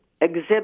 exhibit